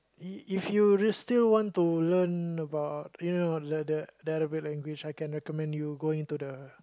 if you still want to learn about you know the the arabic language I can recommend you going to the